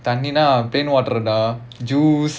தண்ணினா:thanninaa then water juice